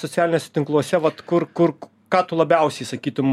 socialiniuose tinkluose vat kur kurk ką tu labiausiai sakytum